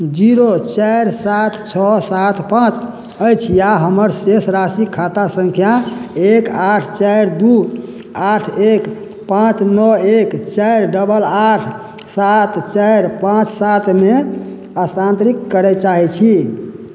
zero चारि सात छओ सात पाँच अछि आओर हमर शेष राशि खाता संख्या एक आठ चारि दू आठ एक पाँच नओ एक चारि डबल आठ सात चारि पाँच सातमे स्थानान्तरित करय चाहय छी